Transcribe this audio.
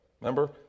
Remember